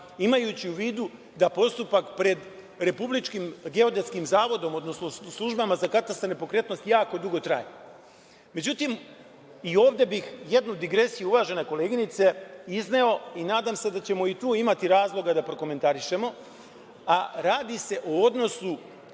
imajući u vidu da postupak pred Republičkim geodetskim zavodom, odnosno službama za katastar nepokretnosti jako dugo traje.Međutim, i ovde bih jednu digresiju, uvažena koleginice, izneo i nadam se da ćemo i tu imati razloga da prokomentarišemo, a radi se o odnosu